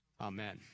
Amen